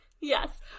Yes